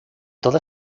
toda